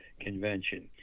Convention